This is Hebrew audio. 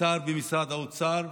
משר במשרד האוצר,